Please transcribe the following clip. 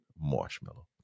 marshmallow